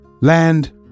land